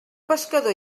pescador